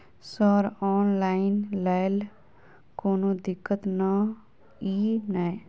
Sir online लैल कोनो दिक्कत न ई नै?